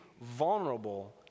Vulnerable